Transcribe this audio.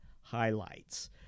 highlights